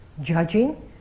judging